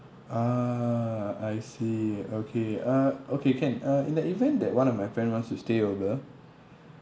ah I see okay uh okay can uh in the event that one of my friend wants to stay over